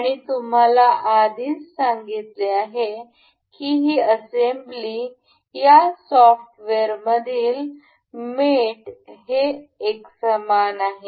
आणि तुम्हाला आधीच सांगितले आहे की ही असेंब्ली आणि या सॉफ्टवेअर मधील मेट हे एकसमान आहेत